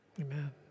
Amen